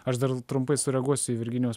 aš dar trumpai sureaguosiu į virginijaus